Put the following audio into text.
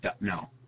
no